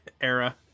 era